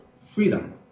freedom